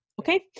Okay